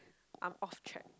I'm off track